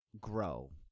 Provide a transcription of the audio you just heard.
grow